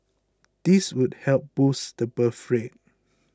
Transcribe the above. this would help boost the birth rate